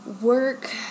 work